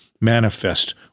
manifest